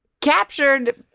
captured